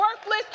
worthless